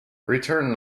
return